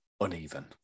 uneven